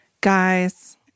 Guys